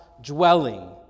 dwelling